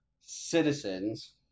citizens